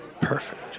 Perfect